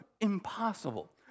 impossible